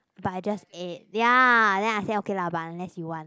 but I just ate ya then I say okay lah but unless you want